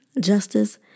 justice